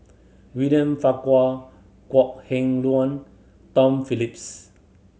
William Farquhar Kok Heng Leun Tom Phillips